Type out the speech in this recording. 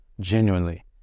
Genuinely